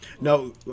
No